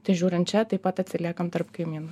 tai žiūrint čia taip pat atsiliekam tarp kaimynų